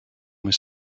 was